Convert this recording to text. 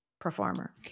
performer